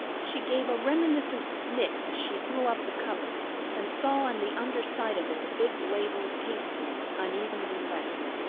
she gave a reminiscent sniff as she threw up the cover and saw on the under side of it a big label of pasteboard unevenly lettered.